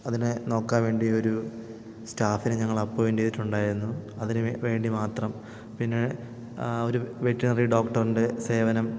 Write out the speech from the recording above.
അതിനെ നോക്കാൻ വേണ്ടി ഒരു സ്റ്റാഫിനെ ഞങ്ങൾ അപ്പോയിൻ്റ് ചെയ്തിട്ടുണ്ടായിരുന്നു അതിന് വേണ്ടി മാത്രം പിന്നെ ഒരു വെറ്റിനറി ഡോക്ടറിൻ്റെ സേവനം